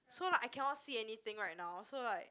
so like I cannot see anything right now so like